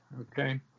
Okay